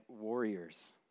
warriors